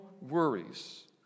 worries